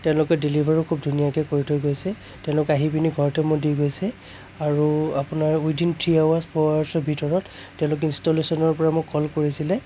তেওঁলোকে ডেলিভাৰীও খুব ধুনীয়াকৈ কৰি থৈ গৈছে তেওঁলোকে আহি পিনি ঘৰতে মোক দি গৈছে আৰু আপোনাৰ উইদিন থ্ৰি আৱাৰ্চ ফ'ৰ আৱাৰ্চৰ ভিতৰত তেওঁলোকে ইনষ্টলেচনৰ পৰা মোক কল কৰিছিলে